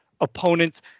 opponents